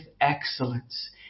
excellence